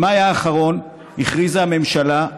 במאי האחרון הכריזה הממשלה,